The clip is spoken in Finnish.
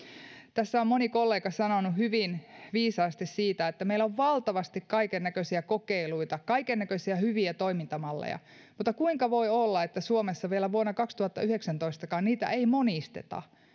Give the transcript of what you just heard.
tässä on moni kollega sanonut hyvin viisaasti siitä että kun meillä on valtavasti kaikennäköisiä kokeiluita kaikennäköisiä hyviä toimintamalleja niin kuinka voi olla että suomessa vielä vuonna kaksituhattayhdeksäntoistakaan niitä ei monisteta